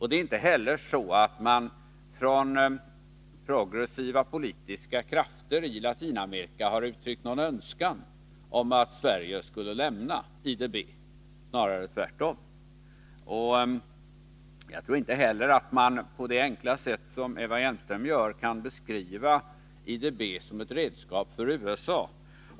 Det är inte heller så att progressiva politiska krafter i Latinamerika har uttryckt någon önskan om att Sverige skall lämna IDB. Snarare tvärtom. Jagtror heller inte att man, på det enkla sätt som Eva Hjelmström gör, kan beteckna IDB som ett redskap för USA.